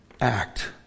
act